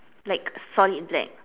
like solid black